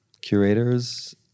Curators